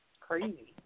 Crazy